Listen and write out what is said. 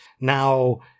Now